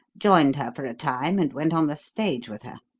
joined her for a time and went on the stage with her.